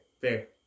Fair